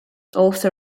also